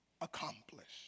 accomplished